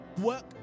work